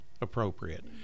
appropriate